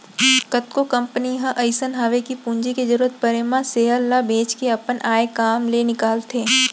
कतको कंपनी ह अइसन हवय कि पूंजी के जरूरत परे म सेयर ल बेंच के अपन आय काम ल निकालथे